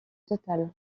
total